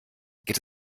geht